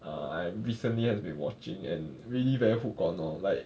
err I recently has been watching and really very hook on lor like